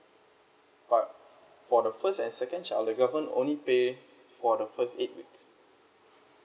but for the first and second child the government only pay for the first eight weeks